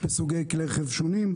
סוגי כלי רכב שונים,